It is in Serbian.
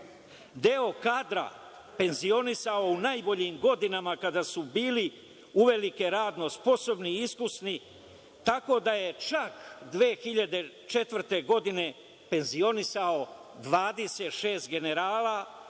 deo kadra penzionisao u najboljim godinama, kada su bili uveliko radno sposobni i iskusni, tako da je čak 2004. godine penzionisao 26 generala,